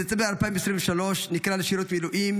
בדצמבר 2023 הוא נקרא לשירות מילואים